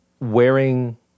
wearing